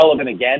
again